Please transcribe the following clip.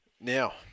Now